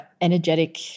energetic